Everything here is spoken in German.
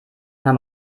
nahm